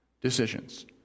decisions